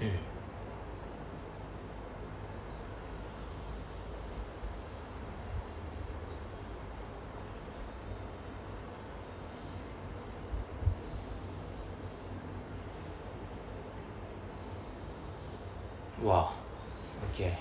mm !wah! okay